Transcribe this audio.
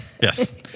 Yes